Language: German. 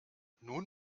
nun